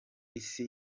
isi